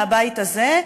מהבית הזה,